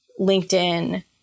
LinkedIn